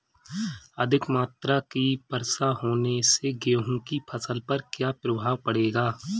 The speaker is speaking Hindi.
अधिक मात्रा की वर्षा होने से गेहूँ की फसल पर क्या प्रभाव पड़ेगा?